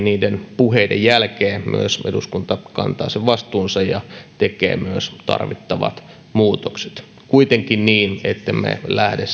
niiden puheiden jälkeen eduskunta kantaisi vastuunsa ja tekee myös tarvittavat muutokset kuitenkin niin ettemme lähde